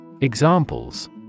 Examples